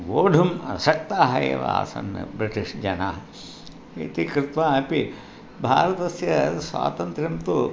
वोढुम् अशक्ताः एव आसन् ब्रिटीश् जनाः इति कृत्वा अपि भारतस्य स्वातन्त्र्यं तु